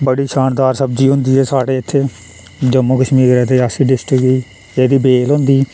बड़ी शानदार सब्ज़ी होंदी ऐ साढ़ै इत्थें जम्मू कश्मीर दे रियासी डिस्टिक जेह्ड़ी बेल होंदी